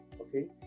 okay